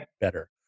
better